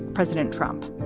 president trump.